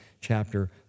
chapter